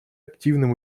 активным